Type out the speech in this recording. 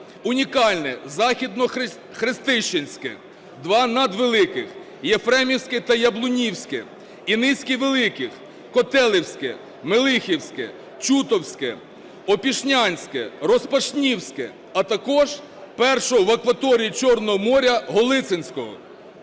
унікальне Західно-Хрестищенське, два надвеликих Єфремівське та Яблунівське і низки великих Котелевське, Мелехівське, Чутовське, Опішнянське, Розпашнівське, а також першого в акваторії Чорного моря – Голіцинського.